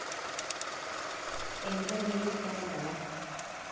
angel निवेस कहल जाला